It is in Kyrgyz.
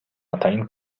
атайын